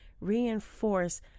reinforce